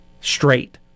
straight